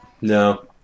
no